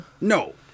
no